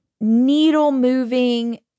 needle-moving